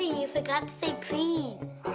you forgot to say please.